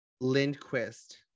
Lindquist